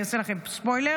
אני אעשה לכם ספוילר,